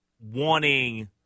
wanting